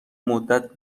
مدت